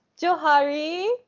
Johari